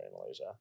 malaysia